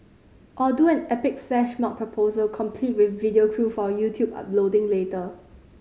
or do an epic flash mob proposal complete with video crew for YouTube uploading later